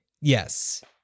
yes